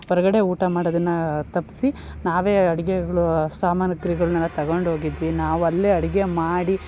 ಹೊರ್ಗಡೆ ಊಟ ಮಾಡೋದನ್ನು ತಪ್ಪಿಸಿ ನಾವೇ ಅಡುಗೆಗಳೂ ಸಾಮಾನು ಗಳ್ನೆಲ್ಲ ತೊಗೊಂಡು ಹೋಗಿದ್ವಿ ನಾವು ಅಲ್ಲೇ ಅಡುಗೆ ಮಾಡಿ